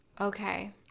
Okay